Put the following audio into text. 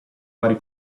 vari